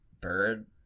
bird